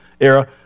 era